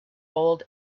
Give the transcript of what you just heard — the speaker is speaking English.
old